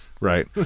Right